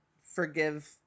Forgive